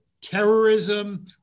terrorism